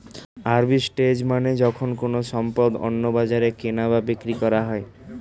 arbitrage মানে যখন কোনো সম্পদ অন্য বাজারে কেনা ও বিক্রি করা হয়